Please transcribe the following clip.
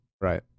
Right